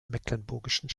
mecklenburgischen